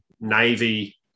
Navy